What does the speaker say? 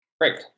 Great